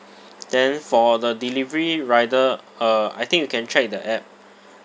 then for the delivery rider uh I think you can track the app